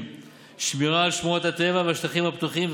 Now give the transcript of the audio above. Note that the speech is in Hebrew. ושמירה על שמורות הטבע והשטחים הפתוחים,